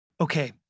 Okay